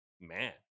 man